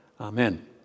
Amen